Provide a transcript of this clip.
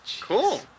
Cool